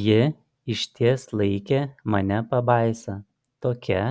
ji išties laikė mane pabaisa tokia